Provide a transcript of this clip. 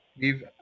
Give